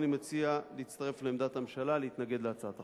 אני מציע להצטרף לעמדת הממשלה להתנגד להצעת החוק.